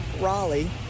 raleigh